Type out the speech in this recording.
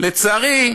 לצערי,